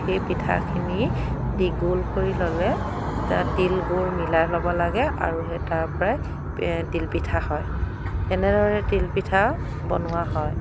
সেই পিঠাখিনি দি গোল কৰি ল'লে তাত তিল গুৰ মিলাই ল'ব লাগে আৰু সেই তাৰ পৰাই তিলপিঠা হয় এনেদৰে তিলপিঠা বনোৱা হয়